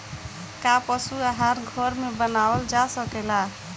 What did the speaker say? का पशु आहार घर में बनावल जा सकेला?